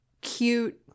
cute